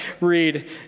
read